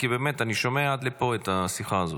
כי אני שומע עד לפה את השיחה הזאת.